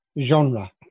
genre